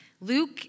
Luke